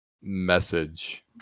message